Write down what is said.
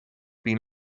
been